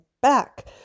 back